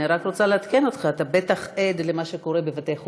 אני רק רוצה לעדכן אותך אתה בטח עד למה שקורה בבתי-החולים,